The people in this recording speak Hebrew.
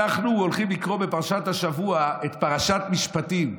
אנחנו הולכים לקרוא בפרשת השבוע את פרשת משפטים.